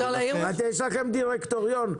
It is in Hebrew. יש לכם דירקטוריון,